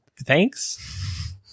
thanks